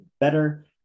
better